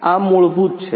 આ મૂળભૂત છે